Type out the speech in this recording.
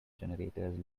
generators